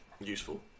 useful